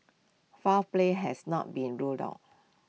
foul play has not been ruled out